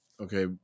Okay